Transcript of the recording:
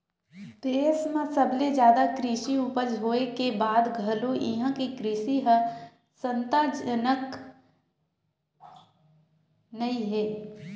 देस म सबले जादा कृषि उपज होए के बाद घलो इहां के कृषि ह संतासजनक नइ हे